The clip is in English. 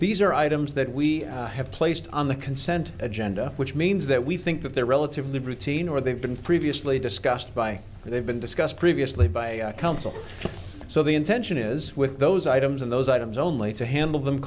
are items that we have placed on the consent agenda which means that we think that they're relatively routine or they've been previously discussed by they've been discussed previously by council so the intention is with those items and those items only to handle them